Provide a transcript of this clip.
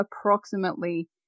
approximately